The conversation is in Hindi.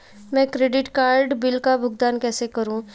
मैं क्रेडिट कार्ड बिल का भुगतान कैसे करूं?